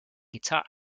guitar